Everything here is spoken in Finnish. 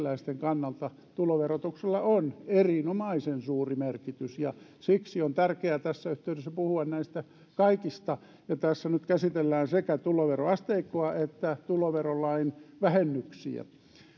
palkansaajien ja eläkeläisten kannalta tuloverotuksella on erinomaisen suuri merkitys ja siksi on tärkeää tässä yhteydessä puhua näistä kaikista ja tässä nyt käsitellään sekä tuloveroasteikkoa että tuloverolain vähennyksiä